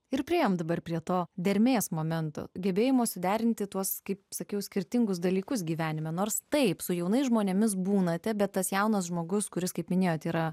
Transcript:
ir priėjome dabar prie to dermės momento gebėjimo suderinti tuos kaip sakiau skirtingus dalykus gyvenime nors taip su jaunais žmonėmis būnate bet tas jaunas žmogus kuris kaip minėjote yra